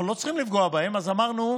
אנחנו לא צריכים לפגוע בהם, אז אמרנו: